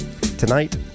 Tonight